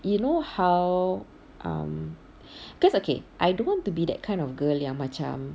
you know how um because okay I don't want to be that kind of girl yang macam